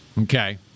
Okay